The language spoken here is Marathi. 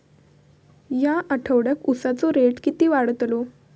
या आठवड्याक उसाचो रेट किती वाढतलो?